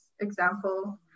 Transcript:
example